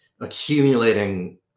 accumulating